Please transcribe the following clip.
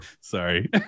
Sorry